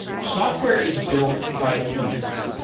software is built by humans,